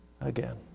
again